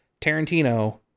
tarantino